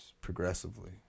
progressively